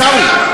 עיסאווי,